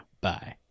bye